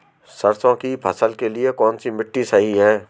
सरसों की फसल के लिए कौनसी मिट्टी सही हैं?